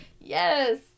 Yes